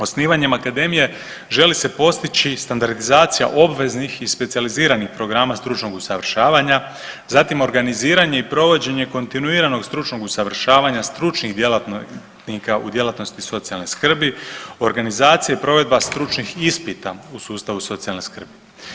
Osnivanjem akademije želi se postići standardizacija obveznih i specijaliziranih programa stručnog usavršavanja, zatim organiziranje i provođenje kontinuiranog stručnog usavršavanja stručnih djelatnika u djelatnosti socijalne skrbi, organizacija i provedba stručnih ispita u sustavu socijalne skrbi.